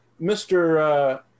Mr